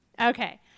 Okay